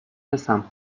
رسم